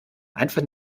einfach